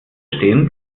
stehen